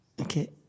Okay